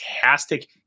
fantastic